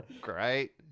great